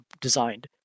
designed